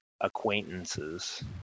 acquaintances